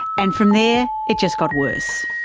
and from there it just got worse.